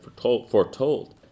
foretold